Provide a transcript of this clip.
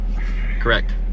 Correct